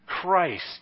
Christ